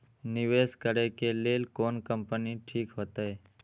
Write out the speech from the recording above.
निवेश करे के लेल कोन कंपनी ठीक होते?